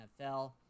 NFL